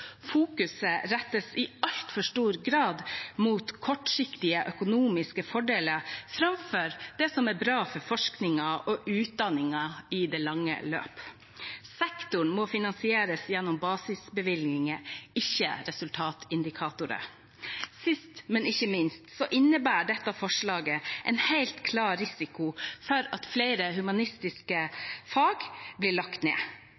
Fokuset rettes i altfor stor grad mot kortsiktige økonomiske fordeler, framfor det som er bra for forskningen og utdanningen i det lange løp. Sektoren må finansieres gjennom basisbevilgninger, ikke resultatindikatorer. Sist, men ikke minst innebærer dette forslaget en helt klar risiko for at flere humanistiske fag blir lagt ned.